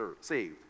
saved